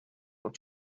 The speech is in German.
und